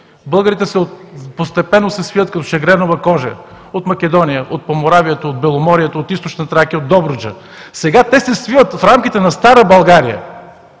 българите постепенно се свиват като шагренова кожа – от Македония, от Поморавието, от Беломорието, от Източна Тракия, от Добруджа. Сега те се свиват в рамките на стара България.